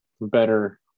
better